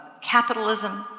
capitalism